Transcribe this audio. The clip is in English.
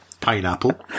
Pineapple